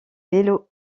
vélos